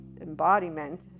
embodiment